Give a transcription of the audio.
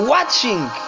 Watching